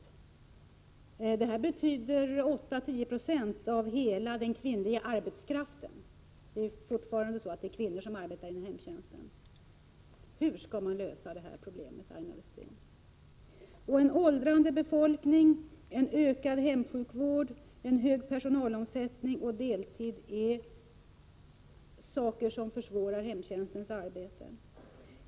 Det är 8-10 90 av hela den kvinnliga arbetskraften — fortfarande är det mest kvinnor som arbetar inom hemtjänsten. Hur skall detta problem lösas, Aina Westin? En åldrande befolkning, ökad hemsjukvård, hög personalomsättning och deltid är sådant som försvårar hemtjänstens arbete.